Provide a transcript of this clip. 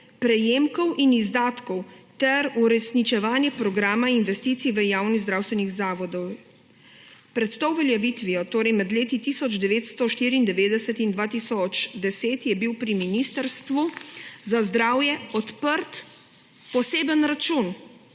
prejemkov in izdatkov ter uresničevanje programa investicij v javne zdravstvene zavode. Pred to uveljavitvijo, torej med leti 1994 in 2010, je bil pri Ministrstvu za zdravje odprt poseben račun,